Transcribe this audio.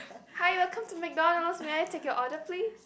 hi welcome to McDonalds may I take your order please